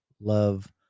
love